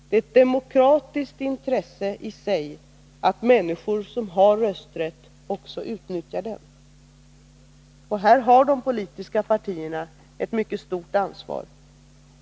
Det är ett demokratiskt intresse i sig att människor som har rösträtt också utnyttjar den. Här har de politiska partierna ett mycket stort ansvar.